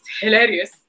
hilarious